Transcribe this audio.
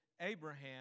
Abraham